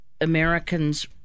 Americans